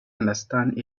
understand